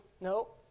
nope